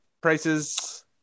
prices